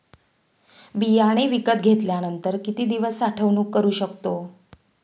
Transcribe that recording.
बियाणे विकत घेतल्यानंतर किती दिवस साठवणूक करू शकतो?